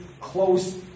close